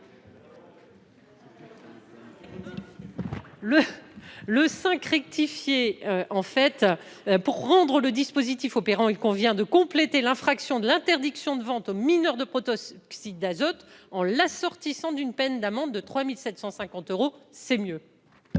à Mme Valérie Létard. Pour rendre le dispositif opérant, il convient de compléter l'infraction de l'interdiction de vente aux mineurs de protoxyde d'azote en l'assortissant d'une peine d'amende de 3 750 euros. Quel est